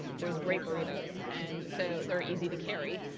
there was great burritos. and so they're easy to carry.